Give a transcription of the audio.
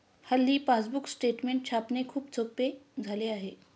हल्ली passbook statement छापणे खूप सोपे झाले आहे